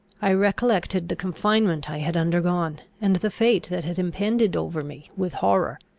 i recollected the confinement i had undergone, and the fate that had impended over me, with horror.